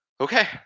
Okay